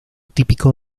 típico